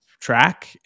track